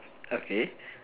okay